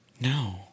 No